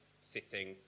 sitting